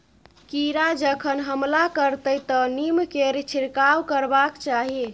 कीड़ा जखन हमला करतै तँ नीमकेर छिड़काव करबाक चाही